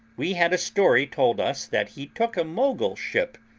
we had a story told us, that he took a mogul ship,